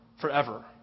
forever